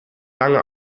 lange